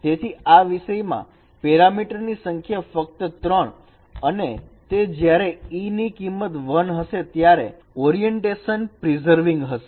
તેથી આ વિષયમાં પેરામીટર ની સંખ્યા ફક્ત 3 અને તે જ્યારે e ની કિંમત 1 હશે ત્યારે ઓરીયન્ટેશન પ્રિઝરવિંગ હશે